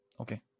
Okay